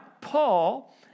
Paul